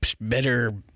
better